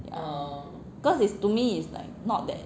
cause it's to me it's like not that